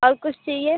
और कुछ चाहिए